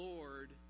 Lord